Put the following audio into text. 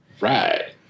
Right